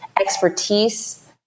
expertise